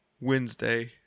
wednesday